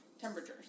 temperatures